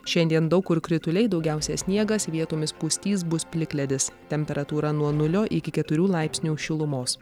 šiandien daug kur krituliai daugiausia sniegas vietomis pustys bus plikledis temperatūra nuo nulio iki keturių laipsnių šilumos